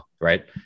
right